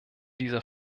dieser